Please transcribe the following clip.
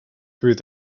through